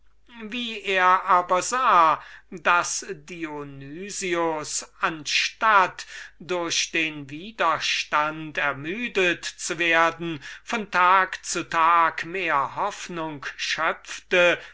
wie er aber sah daß dionys anstatt durch den widerstand über den er sich beklagte ermüdet zu werden von tag zu tag mehr hoffnung schöpfte